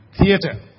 theatre